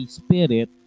spirit